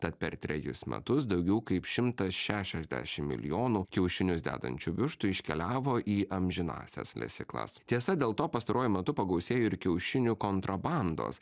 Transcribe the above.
tad per trejus metus daugiau kaip šimtas šešiasdešimt milijonų kiaušinius dedančių vištų iškeliavo į amžinąsias lesyklas tiesa dėl to pastaruoju metu pagausėjo ir kiaušinių kontrabandos